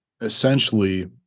essentially